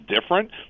different